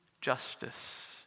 justice